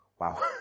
Wow